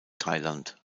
thailand